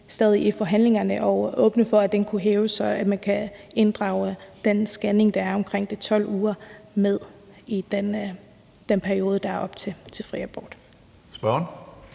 er vi i forhandlingerne stadig åbne over for, at det kunne hæves, sådan at man kan inddrage den scanning, der er omkring de 12 uger, i den periode derop til i forhold